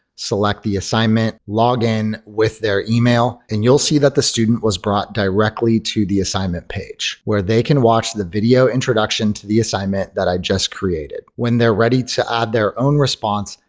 select the assignment, log in with their email, and you'll see that the student was brought directly to the assignment page where they can watch the video introduction to the assignment that i just created. when they're ready to add their own response,